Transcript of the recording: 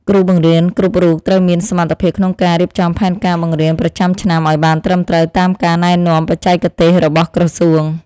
គ្រូបង្រៀនគ្រប់រូបត្រូវមានសមត្ថភាពក្នុងការរៀបចំផែនការបង្រៀនប្រចាំឆ្នាំឱ្យបានត្រឹមត្រូវតាមការណែនាំបច្ចេកទេសរបស់ក្រសួង។